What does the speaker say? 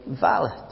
valid